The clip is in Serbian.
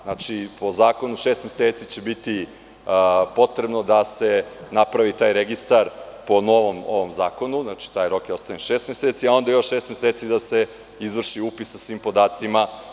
Znači po zakonu šest meseci će biti potrebno da se napravi taj registar po novom zakonu, znači taj rok je ostavljen šest meseci, a onda još šest meseci da se izvrši upis sa svim podacima.